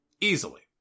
Easily